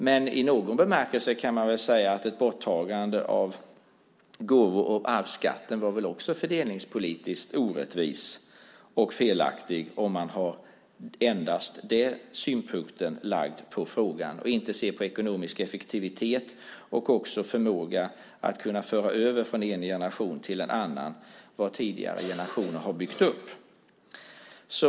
Men i någon bemärkelse kan man väl säga att ett borttagande av gåvo och arvsskatten också var fördelningspolitiskt orättvist och felaktigt, om man endast lägger den synpunkten på frågan och inte ser på ekonomisk effektivitet och på förmågan att från en generation till en annan föra över vad tidigare generationer har byggt upp.